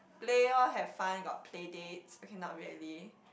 play orh have fun got play dates okay not really